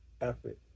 effort